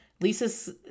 Lisa